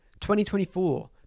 2024